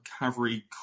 recovery